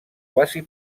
quasi